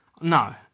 No